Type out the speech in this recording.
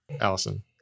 Allison